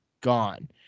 gone